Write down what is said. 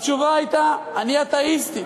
התשובה הייתה: אני אתאיסטית.